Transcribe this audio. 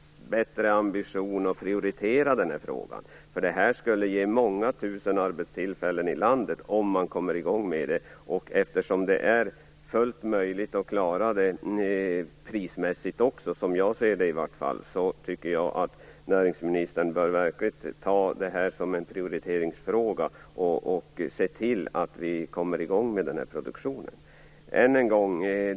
Man måste ha bättre ambitioner att prioritera den här frågan. Om detta kommer i gång skulle det ge många tusen arbetstillfällen i landet. Eftersom det är fullt möjligt att klara det prismässigt, som jag ser det i alla fall, tycker jag att näringsministern verkligen bör ta detta som en prioriteringsfråga och se till att den här produktionen kommer i gång.